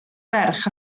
ferch